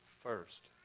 first